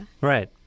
Right